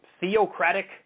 theocratic